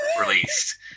released